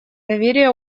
доверия